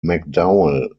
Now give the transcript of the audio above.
mcdowell